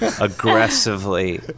aggressively